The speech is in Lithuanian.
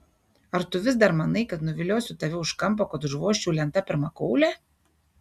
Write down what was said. ar tu vis dar manai kad nuviliosiu tave už kampo kad užvožčiau lenta per makaulę